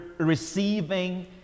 Receiving